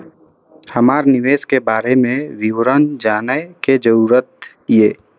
हमरा निवेश के बारे में विवरण जानय के जरुरत ये?